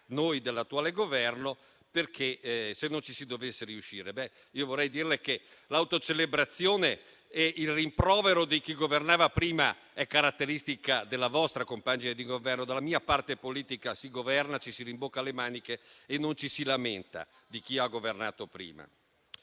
voi dell'attuale Governo se non ci si dovesse riuscire. Vorrei dire che l'autocelebrazione e il rimprovero di chi governava prima è caratteristica della vostra compagine di Governo. Dalla mia parte politica si governa, ci si rimbocca le maniche e non ci si lamenta di chi ha governato prima.